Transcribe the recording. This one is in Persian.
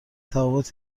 تفاوت